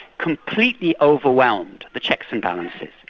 completely overwhelmed the checks and balances.